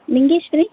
Lingeshwari